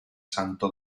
santo